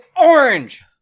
orange